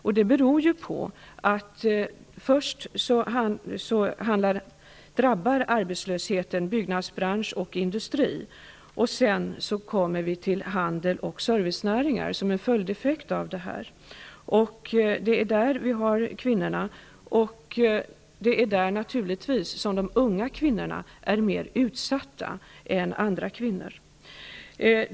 Detta beror ju på att arbetslösheten först drabbar byggnadsbranschen och industrin. Som en följd blir det arbetslöshet inom handeln och servicenäringarna. Där finns kvinnorna, och naturligtvis är de unga kvinnorna mer utsatta än andra kvinnor.